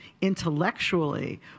intellectually